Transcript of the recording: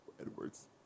Edwards